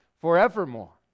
forevermore